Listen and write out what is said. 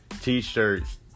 t-shirts